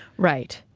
right.